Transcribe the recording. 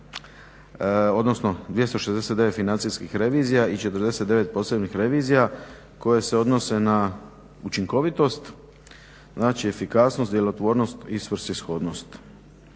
odnosno 269 financijskih revizija i 49 posebnih revizija koje se odnose na učinkovitost, znači efikasnost, djelotvornost i svrsishodnost.